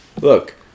Look